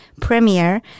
premiere